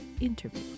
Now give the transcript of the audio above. interview